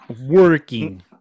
Working